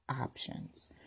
options